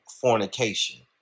fornication